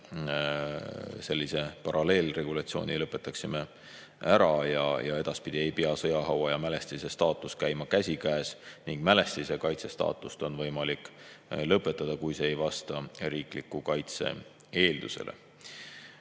selline paralleelregulatsioon ära, nii et edaspidi ei pea sõjahaua ja mälestise staatus käima käsikäes ning mälestise kaitse staatust on võimalik lõpetada, kui see ei vasta riikliku kaitse eeldusele.